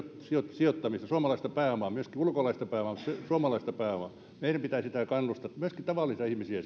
sijoittamista suomalaista pääomaa myöskin ulkolaista pääomaa mutta pääasiassa suomalaista pääomaa meidän pitää siihen kannustaa myöskin tavallisia ihmisiä